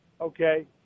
okay